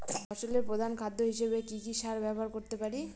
ফসলের প্রধান খাদ্য হিসেবে কি কি সার ব্যবহার করতে পারি?